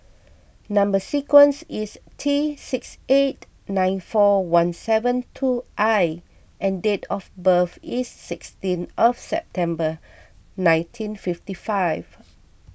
Number Sequence is T six eight nine four one seven two I and date of birth is sixteen of September nineteen fifty five